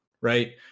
right